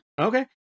Okay